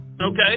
Okay